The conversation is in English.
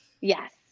Yes